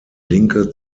linke